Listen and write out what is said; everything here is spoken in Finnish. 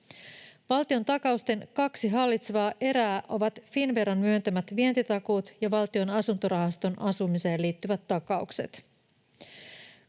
Valtiontakausten kaksi hallitsevaa erää ovat Finnveran myöntämät vientitakuut ja Valtion asuntorahaston asumiseen liittyvät takaukset.